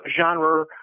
genre